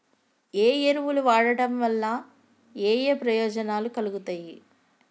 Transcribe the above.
ఏ ఎరువులు వాడటం వల్ల ఏయే ప్రయోజనాలు కలుగుతయి?